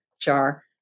jar